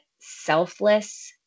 selfless